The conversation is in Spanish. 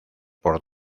por